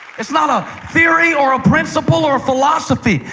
it's not a theory or a principle or a philosophy.